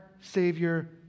Savior